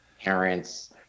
parents